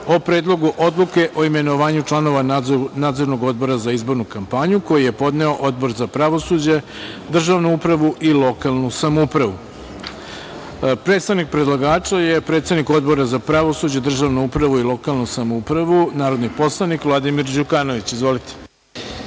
o Predlogu odluke o imenovanju članova Nadzornog odbora za izbornu kampanju, koju je podneo Odbor za pravosuđe, državnu upravu i lokalnu samoupravu. Predstavnik predlagača je predsednik Odbora za pravosuđe, državnu upravu i lokalnu samoupravu, narodni poslanik Vladimir Đukanović. Izvolite.